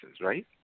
right